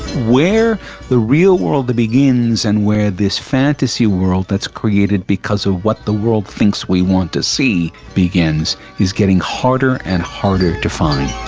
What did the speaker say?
where the real world begins and where this fantasy world that's created because of what the world thinks we want to see begins is getting harder and harder to find.